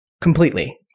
completely